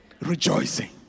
rejoicing